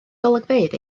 golygfeydd